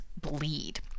bleed